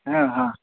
हा हा